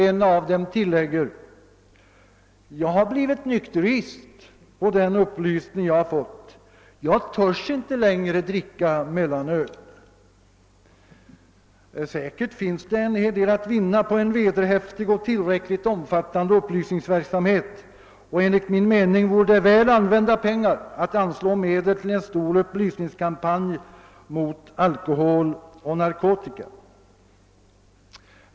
En av dem tillägger: Jag har blivit nykterist på den upplysning jag har fått. Jag törs inte längre dricka mellanöl. Utan tvivel finns det en hel del att vinna på en vederhäftig och tillräckligt omfattande upplysningsverksamhet. Enligt min mening vore det väl använda pengar att anslå medel till en stor upplysningskampanj mot alkohol och narkotika.